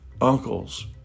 uncles